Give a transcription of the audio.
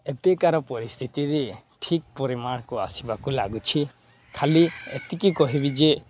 ଏବେକାର ପରିସ୍ଥିତିରେ ଠିକ୍ ପରିମାଣକୁ ଆସିବାକୁ ଲାଗୁଛି ଖାଲି ଏତିକି କହିବି ଯେ